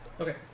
okay